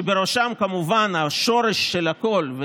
שבראשם כמובן השורש של הכול,